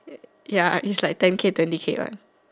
ya it's like ten K twenty K one